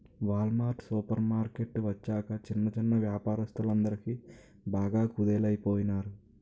wall mart supermarket వచ్చాక చిన్న చిన్నా వ్యాపారస్తులందరు బాగా కుదేలయిపోనారు